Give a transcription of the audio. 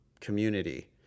community